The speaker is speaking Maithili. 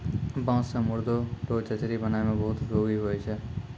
बाँस से मुर्दा रो चचरी बनाय मे बहुत उपयोगी हुवै छै